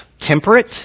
temperate